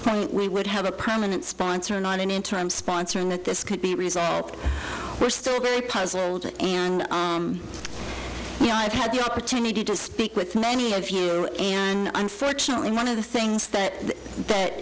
point we would have a prominent sponsor not an interim sponsoring that this could be a result we're still very puzzled and you know i've had the opportunity to speak with many of you and unfortunately one of the things that that